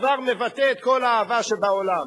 כבר מבטא את כל האהבה שבעולם.